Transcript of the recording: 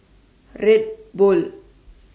Red Bull